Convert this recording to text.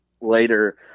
later